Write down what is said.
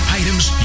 items